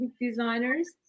designers